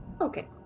Okay